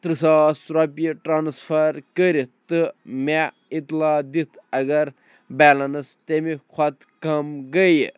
تٕرٛہ ساس رۄپیہِ ٹرٛانسفَر کٔرِتھ تہٕ مےٚ اطلاع دِتھ اَگر بیلَنٕس تَمہِ کھۄتہٕ کم گٔے